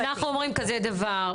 אנחנו אומרים כזה דבר.